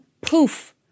poof